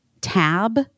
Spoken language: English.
tab